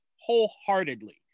wholeheartedly